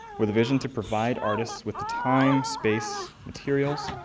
with a vision to provide artists with the time, space, materials,